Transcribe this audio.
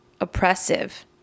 oppressive